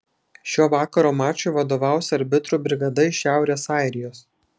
šio vakaro mačui vadovaus arbitrų brigada iš šiaurės airijos